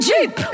Jeep